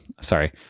sorry